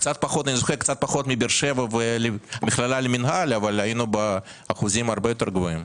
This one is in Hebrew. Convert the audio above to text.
קצת פחות מבאר שבע והמכללה למנהל אבל היינו באחוזים הרבה יותר גבוהים.